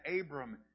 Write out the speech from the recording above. Abram